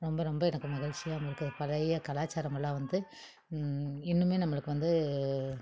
ரொம்ப ரொம்ப எனக்கு மகிழ்ச்சியாகவும் இருக்குது பழைய கலாச்சாரமெல்லாம் வந்து இன்னுமே நம்மளுக்கு வந்து